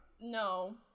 No